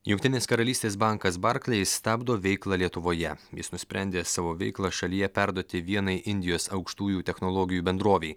jungtinės karalystės bankas barkleis stabdo veiklą lietuvoje jis nusprendė savo veiklą šalyje perduoti vienai indijos aukštųjų technologijų bendrovei